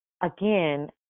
Again